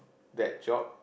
that job